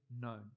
known